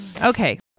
Okay